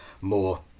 more